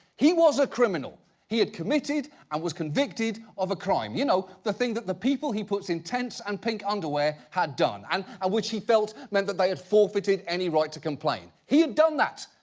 he was a criminal. he had committed and was convicted of a crime, you know, the thing that the people he puts in tents and pink underwear had done. and which he felt meant that they had forfeited any right to complain. he had done that.